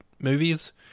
movies